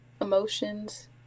emotions